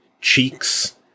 cheeks